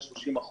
ל-30%,